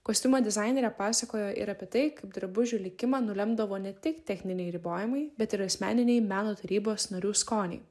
kostiumo dizainerė pasakojo ir apie tai kaip drabužių likimą nulemdavo ne tik techniniai ribojimai bet ir asmeniniai meno tarybos narių skoniai